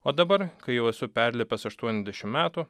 o dabar kai jau esu perlipęs aštuoniasdešim metų